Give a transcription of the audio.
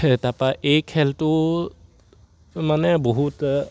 তাৰপৰা এই খেলটো মানে বহুত